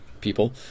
people